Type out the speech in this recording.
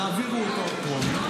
העבירו אותו בטרומית,